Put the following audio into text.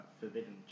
forbidden